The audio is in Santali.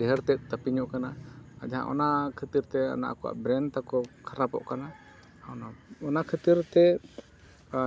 ᱰᱷᱮᱨ ᱛᱮᱫ ᱛᱟᱹᱯᱤᱧᱚᱜ ᱠᱟᱱᱟ ᱟᱨ ᱡᱟᱦᱟᱸ ᱚᱱᱟ ᱠᱷᱟᱹᱛᱤᱨᱼᱛᱮ ᱚᱱᱟ ᱟᱠᱚᱣᱟᱜ ᱵᱨᱮᱱ ᱛᱟᱠᱚ ᱠᱷᱟᱨᱟᱯᱚᱜ ᱠᱟᱱᱟ ᱚᱱᱟ ᱠᱷᱟᱹᱛᱤᱨᱼᱛᱮ